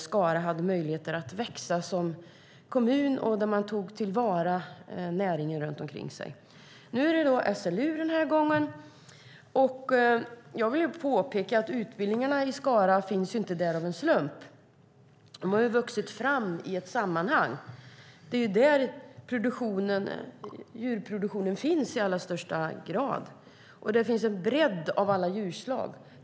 Skara hade möjligheter att växa som kommun och tog till vara näringen runt omkring. Nu är det SLU den här gången. Jag vill påpeka att utbildningarna i Skara inte finns där av en slump, utan de har vuxit fram i ett sammanhang. Det är där som djurproduktionen finns i allra högsta grad, och det finns en bredd av djurslag.